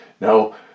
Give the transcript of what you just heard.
Now